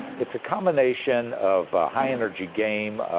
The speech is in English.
it's a combination of a high energy game.